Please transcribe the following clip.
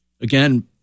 Again